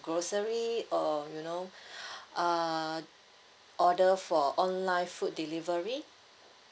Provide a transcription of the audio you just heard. grocery or you know uh order for online food delivery